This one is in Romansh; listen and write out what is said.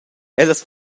ellas